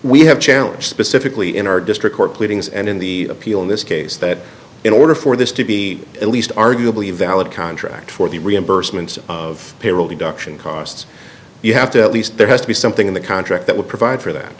challenged specifically in our district court pleadings and in the appeal in this case that in order for this to be at least arguably valid contract for the reimbursement of payroll deduction costs you have to at least there has to be something in the contract that would provide for that